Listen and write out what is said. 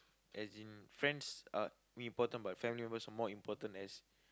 as in friends are really important but family members are more important as